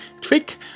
trick